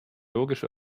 ökologisch